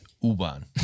U-Bahn